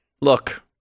Look